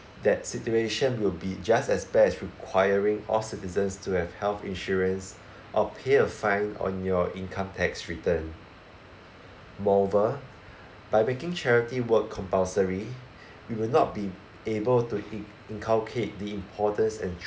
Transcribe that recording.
that situation will be just as bad as requiring all citizens to have health insurance or pay a fine on your income tax return moreover by making charity work compulsory we will not be able to i~ inculcate the importance and